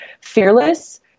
fearless